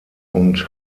und